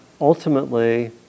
ultimately